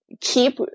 keep